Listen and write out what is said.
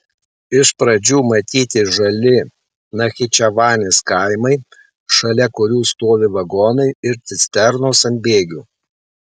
iš pradžių matyti žali nachičevanės kaimai šalia kurių stovi vagonai ir cisternos ant bėgių